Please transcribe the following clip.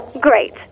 Great